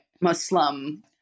Muslim